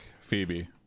Phoebe